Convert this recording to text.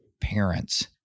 parents